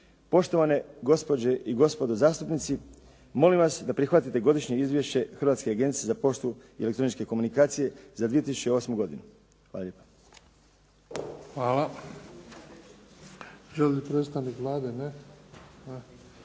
Poštovane gospođe i gospodo zastupnici, molim vas da prihvatite Godišnje izvješće Hrvatske agencije za poštu i elektroničke komunikacije za 2008. godinu. Hvala